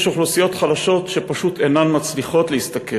יש אוכלוסיות חלשות שפשוט אינן מצליחות להשתכר,